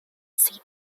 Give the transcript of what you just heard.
seat